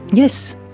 yes,